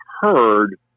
heard